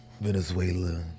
Venezuela